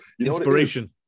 Inspiration